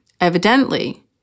Evidently